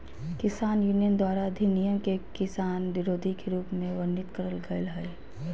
किसान यूनियन द्वारा अधिनियम के किसान विरोधी के रूप में वर्णित करल गेल हई